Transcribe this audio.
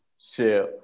Sure